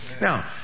Now